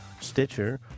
Stitcher